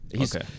Okay